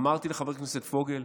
אמרתי לחבר הכנסת פוגל,